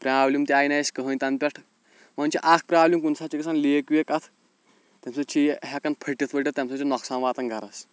problem تہِ آے نہٕ اَسہِ کہیٖنۍ تَنہٕ پٮ۪ٹھ وۄنۍ چھِ اَکھ پرٛابلِم کُنہِ ساتہٕ چھ گژھان لیٖک ویٖک اَتھ تَمہِ سۭتۍ چھِ یہِ ہٮ۪کَان پھٔٹِتھ ؤٹِتھ تَمہِ سۭتۍ چھِ نۄقصان واتَان گَرَس